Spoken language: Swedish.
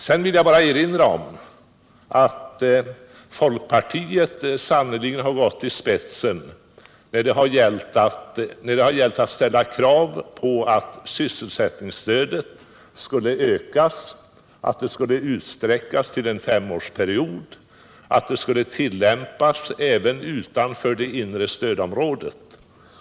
Sedan vill jag också erinra om att folkpartiet sannerligen har gått i spetsen när det gällt att ställa krav på att sysselsättningsstödet skulle ökas, att det skulle utsträckas till en femårsperiod och att det skulle tillämpas även utanför det inre stödområdet.